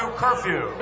curfew